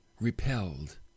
repelled